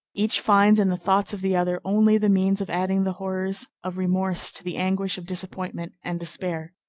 each finds in the thoughts of the other only the means of adding the horrors of remorse to the anguish of disappointment and despair.